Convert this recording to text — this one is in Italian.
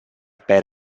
per